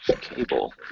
cable